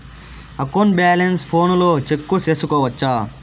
account balance ఫోనులో check సేసుకోవచ్చా